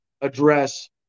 Address